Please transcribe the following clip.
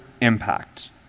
impact